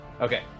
Okay